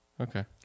Okay